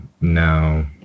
no